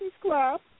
Club